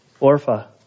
Orpha